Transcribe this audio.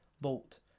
Bolt